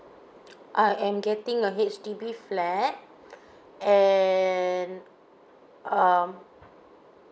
I am getting a H_D_B flat and um